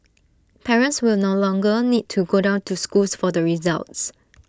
parents will no longer need to go down to schools for the results